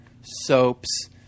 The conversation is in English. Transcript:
soaps